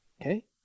okay